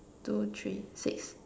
two three six